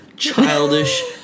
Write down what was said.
Childish